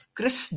Chris